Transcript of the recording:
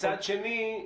מצד שני,